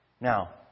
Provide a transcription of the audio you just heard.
Now